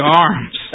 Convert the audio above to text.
arms